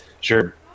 sure